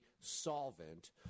solvent